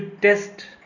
test